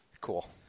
Cool